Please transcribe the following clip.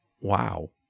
Wow